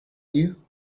you